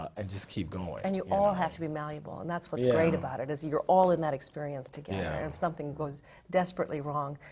and just keep going. and you all have to be malleable and that's what's great about it is that you are all in that experience together. in something goes desperately wrong,